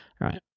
right